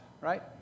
right